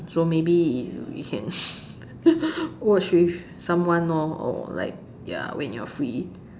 so maybe you can watch with someone lor or like ya when you are free